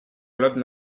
l’ordre